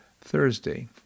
Thursday